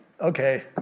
okay